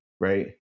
right